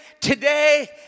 today